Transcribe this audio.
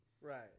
Right